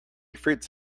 fruits